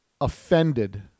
offended